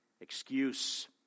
excuse